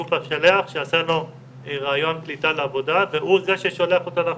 בגוף המשלח שעשה לו ראיון קליטה לעבודה והוא זה ששולח אותו להכשרה.